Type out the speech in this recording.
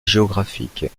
géographique